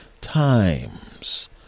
times